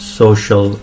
social